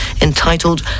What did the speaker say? entitled